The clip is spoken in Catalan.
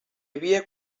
havia